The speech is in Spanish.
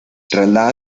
traslada